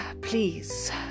please